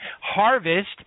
harvest